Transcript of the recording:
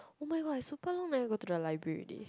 oh-my-god I super long never go to the library already